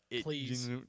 please